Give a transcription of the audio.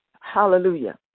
Hallelujah